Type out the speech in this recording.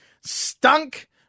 stunk